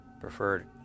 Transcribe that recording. preferred